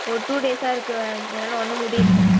ஒரு டூ டேஸாக இருக்கு மேம் என்னால் ஒன்றும் முடியல